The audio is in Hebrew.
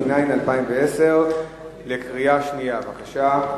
התש"ע 2010. בבקשה.